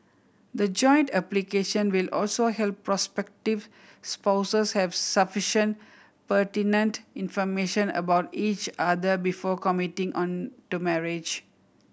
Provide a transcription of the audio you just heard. the joint application will also help prospective spouses have sufficient pertinent information about each other before committing on to marriage